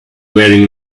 wearing